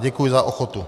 Děkuji za ochotu.